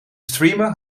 streamen